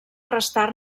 restar